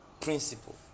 Principle